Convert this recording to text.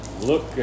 Look